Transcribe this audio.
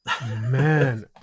man